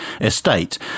estate